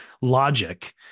logic